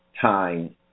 time